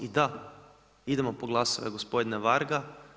I da, idemo po glasove gospodine Varga.